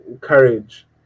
Courage